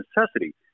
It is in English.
necessity